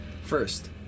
First